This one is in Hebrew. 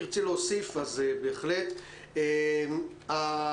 אם תרצי להוסיף, אז בהחלט זה יהיה אפשרי.